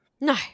no